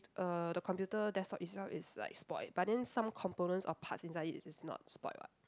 uh the computer desktop itself is like spoilt but then some components or parts inside is not spoilt [what]